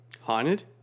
Haunted